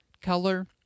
color